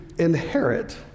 inherit